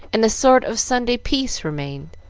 and a sort of sunday peace remained.